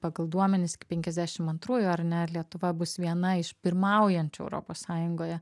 pagal duomenis iki penkiasdešim antrųjų ar ne lietuva bus viena iš pirmaujančių europos sąjungoje